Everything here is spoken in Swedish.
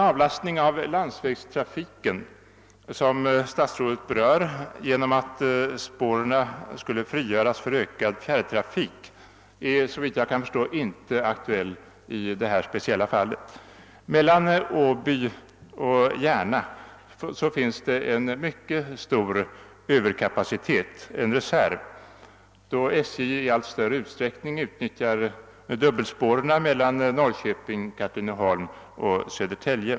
Avlastningen av landsvägstrafiken genom att spåren skulle frigöras för ökad fjärrtrafik är, såvitt jag kan förstå, inte aktuell i detta speciella fall. Mellan Åby och Järna finns det en mycket stor överkapacitet, en reserv, då SJ i allt större utsträckning utnyttjar dubbelspåren Norrköping—Katrineholm—Södertälje.